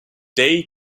day